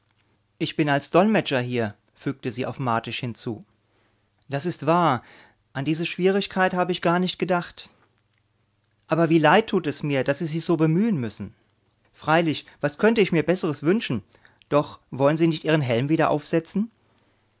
ich bin als dolmetscher hier fügte sie auf martisch hinzu das ist wahr an diese schwierigkeit habe ich gar nicht gedacht aber wie leid tut es mir daß sie sich so bemühen müssen freilich was könnte ich mir besseres wünschen doch wollen sie nicht ihren helm wieder aufsetzen